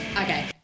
Okay